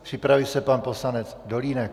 Připraví se pan poslanec Dolínek.